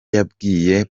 yabwiye